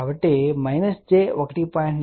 కాబట్టి j 1